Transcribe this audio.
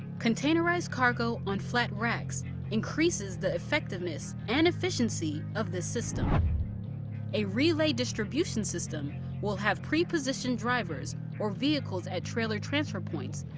containerized cargo on flat racks increases the effectiveness and efficiency of this system a relay distribution system will have prepositioned drivers or vehicles at trailer transfer points,